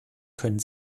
können